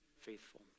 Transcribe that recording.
faithful